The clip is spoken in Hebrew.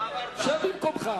שב במקומך.